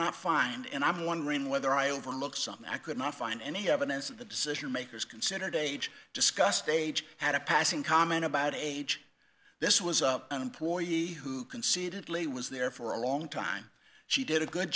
not find and i'm wondering whether i overlooked something i could not find any evidence of the decision makers considered age discussed age had a passing comment about age this was an employee who concededly was there for a long time she did a good